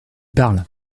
parles